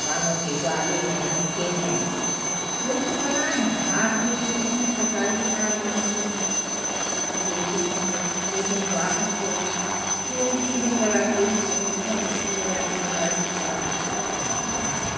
कानों के बाले हैं झूमके हैं यही तो कला हैं हार देखिए कितने प्रकार के हार बनते हैं आप ने देखे होंगे लेकिन बाहर तो थोड़ी सी भी कला किट कहें बहुत अच्छी है और अपने भारत की कला को छोटा बना दिया है